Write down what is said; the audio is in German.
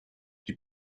die